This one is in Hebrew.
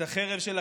את החרב של הקיסר,